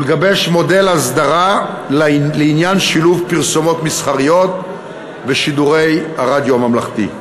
ולגבש מודל הסדרה לעניין שילוב פרסומות מסחריות בשידורי הרדיו הממלכתי.